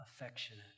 affectionate